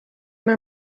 una